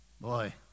Boy